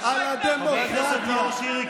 חבר הכנסת נאור שירי,